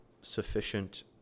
sufficient